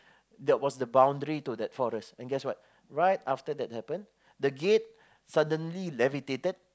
that was the boundary to that forest and guess what right after that happen the gate suddenly levitated